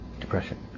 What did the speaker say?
depression